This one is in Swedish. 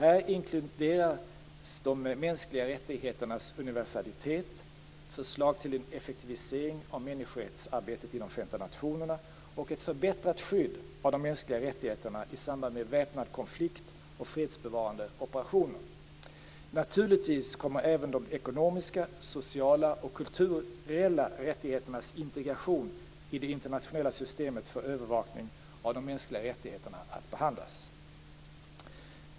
Här inkluderas de mänskliga rättigheternas universalitet, förslag till en effektivisering av människorättsarbetet inom Förenta nationerna och ett förbättrat skydd av de mänskliga rättigheterna i samband med väpnad konflikt och fredsbevarande operationer. Naturligtvis kommer även de ekonomiska, sociala och kulturella rättigheternas integration i det internationella systemet för övervakning av de mänskliga rättigheterna att behandlas.